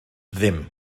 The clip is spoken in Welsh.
ddim